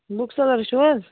book seller چھِو حظ